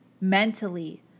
mentally